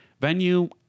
venue